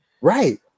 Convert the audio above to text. Right